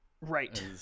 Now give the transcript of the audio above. Right